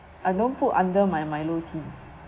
I don't put under my milo tin